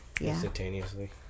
instantaneously